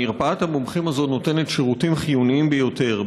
מרפאת המומחים הזאת נותנת שירותים חיוניים ביותר.